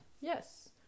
Yes